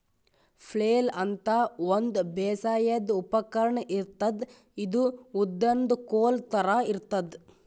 flail ಅಂತಾ ಒಂದ್ ಬೇಸಾಯದ್ ಉಪಕರ್ಣ್ ಇರ್ತದ್ ಇದು ಉದ್ದನ್ದ್ ಕೋಲ್ ಥರಾ ಇರ್ತದ್